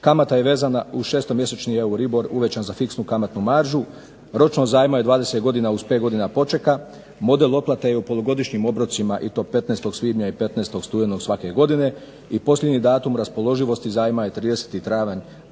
kamata je vezana uz šestomjesečni EURIBOR uvećan za fiksnu kamatnu maržu, ročnost zajma je 20 godina uz 5 godina počeka, model otplate je u polugodišnjim obrocima i to 15. svibnja i 15. studenog svake godine i posljednji datum raspoloživosti zajma je 30. travnja